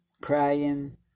Praying